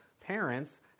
parents